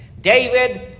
David